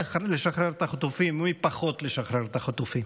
לשחרר את החטופים ומי פחות רוצה לשחרר את החטופים,